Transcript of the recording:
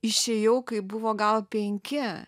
išėjau kaip buvo gal penki